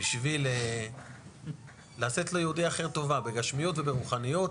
בשביל לתת ליהודי אחר טובה בגשמיות וברוחניות.